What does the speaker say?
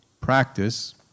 practice